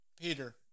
Peter